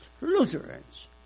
Lutherans